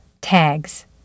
Tags